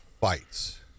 fights